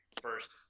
first